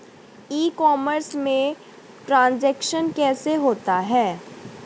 ई commerce में transaction कैसे होता है?